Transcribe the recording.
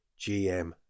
GM